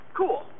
cool